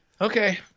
Okay